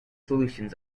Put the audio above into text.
solutions